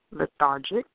lethargic